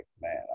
man